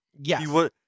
Yes